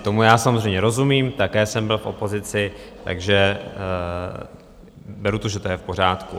Tomu já samozřejmě rozumím, také jsem byl v opozici, takže beru to, že to je v pořádku.